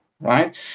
right